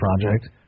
project